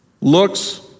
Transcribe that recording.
looks